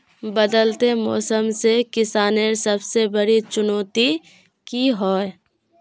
बदलते मौसम से किसानेर सबसे बड़ी चुनौती की होय?